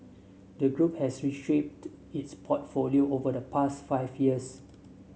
the group has reshaped its portfolio over the past five years